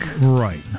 Right